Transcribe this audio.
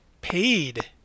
Paid